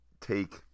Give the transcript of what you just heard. take